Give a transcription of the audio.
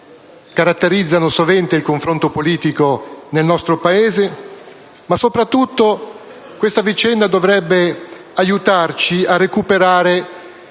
caratterizzano sovente il confronto politico nel nostro Paese. Soprattutto, questa vicenda dovrebbe aiutarci a recuperare